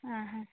ആ ഹാ